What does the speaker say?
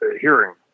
hearing